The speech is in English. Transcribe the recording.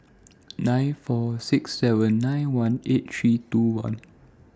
nine four six seven nine one eight six two one